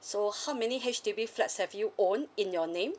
so how many H_D_B flats have you own in your name